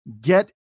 Get